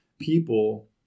people